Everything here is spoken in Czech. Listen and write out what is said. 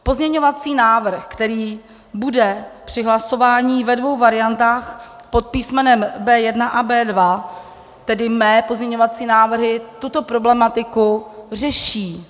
Pozměňovací návrh, který bude při hlasování ve dvou variantách pod písmenem B1 a B2, tedy mé pozměňovací návrhy, tuto problematiku řeší.